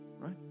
right